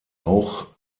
auch